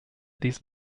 these